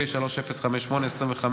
פ/3058/25,